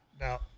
Now